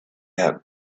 out